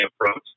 approach